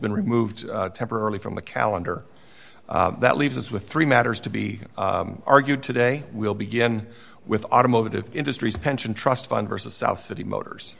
been removed temporarily from the calendar that leaves us with three matters to be argued today will begin with automotive industries pension trust fund versus south city motors